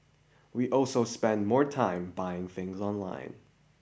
we also spend more time buying things online